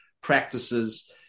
practices